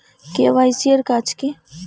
KYC এর কাজ কি?